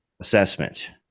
assessment